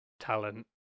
Talent